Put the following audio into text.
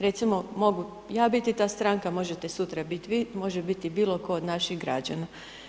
Recimo, mogu ja biti ta stranka, možete sutra biti vi, može biti bilo tko od naših građana.